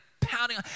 pounding